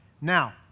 Now